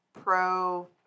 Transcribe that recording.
pro